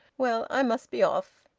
well, i must be off!